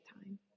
time